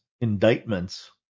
indictments